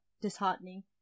disheartening